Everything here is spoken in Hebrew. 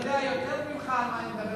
אני יודע יותר ממך על מה אני מדבר.